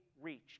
reached